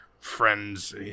friends